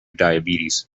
diabetes